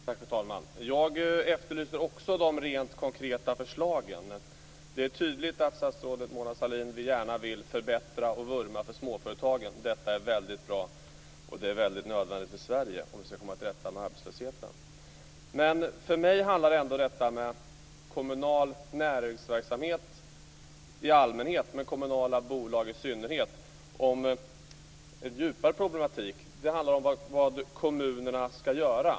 Fru talman! Jag efterlyser också de rent konkreta förslagen. Det är tydligt att statsrådet Mona Sahlin gärna vill förbättra och vurma för småföretagen. Det är väldigt bra och nödvändigt för Sverige om vi skall komma till rätta med arbetslösheten. Men för mig handlar ändå detta med kommunal näringsverksamhet i allmänhet och kommunala bolag i synnerhet om ett djupare problem. Det handlar om vad kommunerna skall göra.